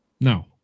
no